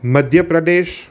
Madhya Pradesh